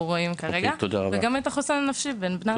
רואים כרגע וגם את החוסן הנפשי של בני הנוער.